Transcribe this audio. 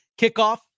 kickoff